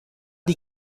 die